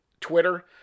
Twitter